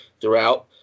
throughout